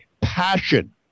passion